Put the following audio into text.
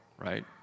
right